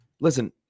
listen